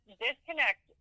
disconnect